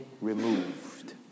removed